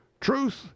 Truth